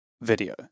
video